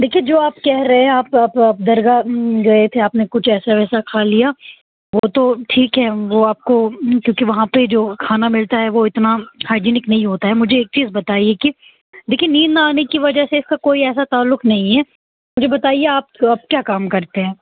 دیکھیے جو آپ کہہ رہے ہیں آپ آپ درگاہ گئے تھے آپ نے کچھ ایسا ویسا کھا لیا وہ تو ٹھیک ہے وہ آپ کو کیونکہ وہاں پہ جو کھانا ملتا ہے وہ اتنا ہائیجینک نہیں ہوتا ہے مجھے ایک چیز بتائیے کہ لیکن نیند نہ آنے کی وجہ سے اس کا کوئی ایسا تعلق نہیں ہے مجھے بتائیے آپ آپ کیا کام کرتے ہیں